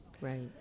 Right